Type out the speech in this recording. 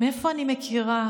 מאיפה אני מכירה?